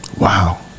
wow